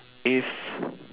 if